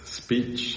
speech